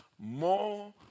more